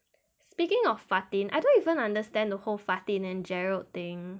speaking of fatin I don't even understand the whole fatin and gerald thing